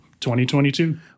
2022